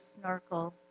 snorkel